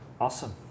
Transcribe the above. Awesome